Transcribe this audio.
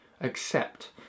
accept